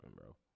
bro